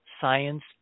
Science